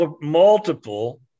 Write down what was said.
multiple